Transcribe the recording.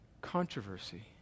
controversy